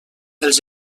els